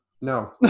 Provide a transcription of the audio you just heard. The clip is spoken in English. No